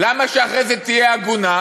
למה שאחרי זה היא תהיה עגונה,